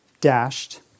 dashed